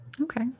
okay